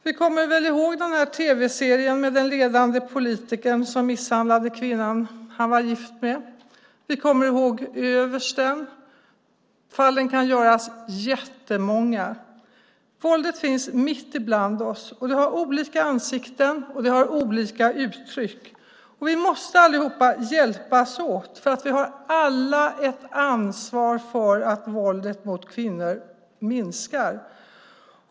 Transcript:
Ni kommer väl ihåg tv-serien med den ledande politikern som misshandlade kvinnan han var gift med? Vi kommer ihåg översten. Fallen kan göras jättemånga. Våldet finns mitt ibland oss, och det har olika ansikten och olika uttryck. Vi måste allihop hjälpas åt, för vi har alla ansvar för att våldet mot kvinnor minskar.